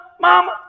Mama